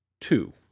Two